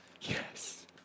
Yes